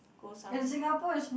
go some